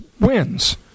wins